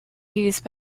used